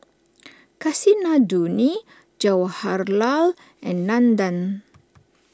Kasinadhuni Jawaharlal and Nandan